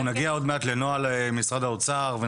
אנחנו נגיע עוד מעט לנוהל משרד האוצר.